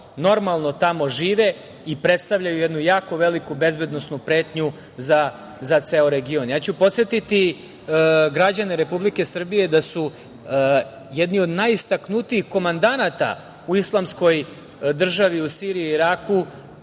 normalno tamo žive i predstavljaju jednu jako veliku bezbednosnu pretnju za ceo region. Podsetiću građane Republike Srbije da su jedni od najistaknutijih komandanata u Islamskoj državi u Siriji i Iraku